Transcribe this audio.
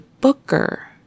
Booker